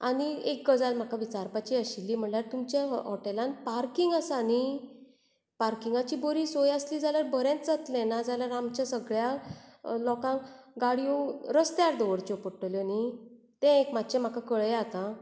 आनीक एक गजाल म्हाका विचारपाची आशिल्ली म्हणल्यार तुमच्या हॉटेलांत पार्कींग आसा नी पार्किंगाची बरी सोय आसल्यार बरेंच जातलें नाजाल्यार आमच्या सगळ्या लोकांक गाडयो रस्त्यार दवरच्यो पडटल्यो नी तें एक मातशें म्हाका कळयात आं